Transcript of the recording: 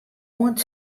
oant